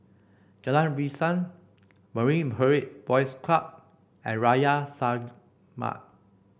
Jalan Riang Marine Parade Boys Club and Arya Samaj